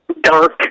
dark